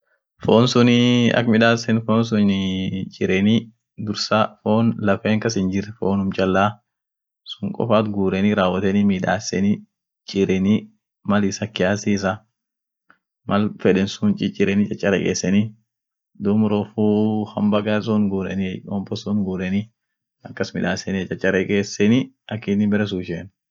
tishat koton sunii, ak midaasenuu ishiinen mukiira midaasen ama woni suunen. iooteni, ooteni rawoteni dumii factori isaat jira bare factoria sun geeseni duumatan piimeni. lila size feden mal ishin gudio au mal ishin dikeyoa akas midaasenie, woishin gugurdaa ama charekoa wonsun fa akas muk kasa midaasen amo kotoninen hiooreni, bare oorua sun kasafuudeni gar factoria geeseni midaasen